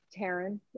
Taryn